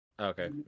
Okay